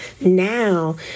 now